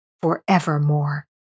forevermore